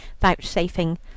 vouchsafing